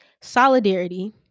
solidarity